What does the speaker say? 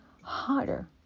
harder